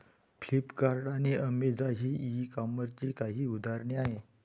Flipkart आणि Amazon ही e कॉमर्सची काही उदाहरणे आहे